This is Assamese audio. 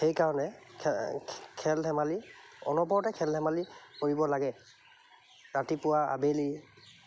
সেইকাৰণে খেল ধেমালি অনবৰতে খেল ধেমালি কৰিব লাগে ৰাতিপুৱা আবেলি